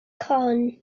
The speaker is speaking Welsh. corn